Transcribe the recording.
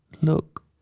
look